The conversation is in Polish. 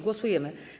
Głosujemy.